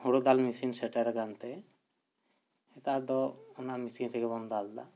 ᱦᱳᱲᱳ ᱫᱟᱞ ᱢᱤᱥᱤᱱ ᱥᱮᱴᱮᱨ ᱠᱟᱱᱛᱮ ᱱᱮᱛᱟᱨ ᱫᱚ ᱚᱱᱟ ᱢᱤᱥᱤᱱ ᱨᱮᱜᱮᱵᱚᱱ ᱫᱟᱞ ᱫᱟ